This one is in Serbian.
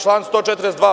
Član 142.